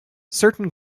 certain